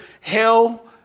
hell